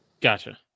gotcha